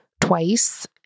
twice